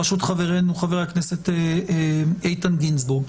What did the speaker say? בראשות חברנו חבר הכנסת איתן גינזבורג.